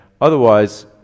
Otherwise